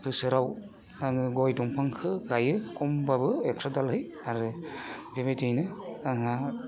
बोसोराव आङो गय दंफांखो गायो खमब्लाबो एकस' दालहै आरो बेबायदियैनो आंहा